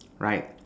right